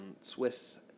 Swiss